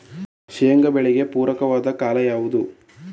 ಶೇಂಗಾ ಬೆಳೆಗೆ ಪೂರಕವಾದ ಕಾಲ ಯಾವುದು?